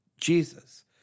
Jesus